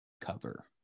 cover